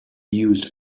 used